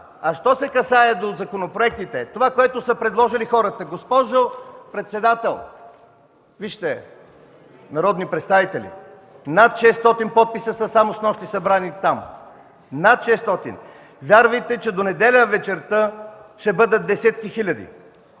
Що се касае до законопроектите, това, което са предложили хората. Госпожо председател, народни представители! Над 600 подписа са събрани снощи там – над 600! Вярвайте, че до неделя вечерта ще бъдат десетки хиляди.